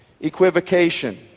equivocation